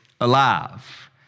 alive